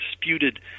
disputed